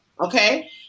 Okay